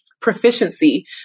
proficiency